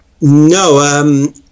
No